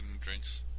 drinks